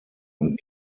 und